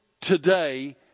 today